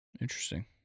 Interesting